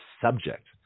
subject